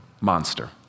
monster